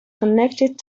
connected